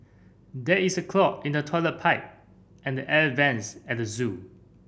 there is a clog in the toilet pipe and the air vents at the zoo